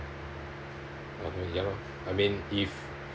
ya lor I mean if